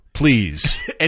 Please